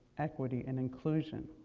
equity, and inclusion.